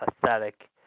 pathetic